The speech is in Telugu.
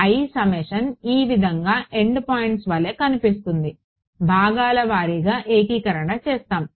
i సమ్మేషన్ ఈ విధంగా ఎండ్ పాయింట్స్ వలె కనిపిస్తుంది భాగాల వారీగా ఏకీకరణ చేస్తాము